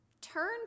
turn